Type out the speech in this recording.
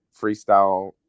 freestyle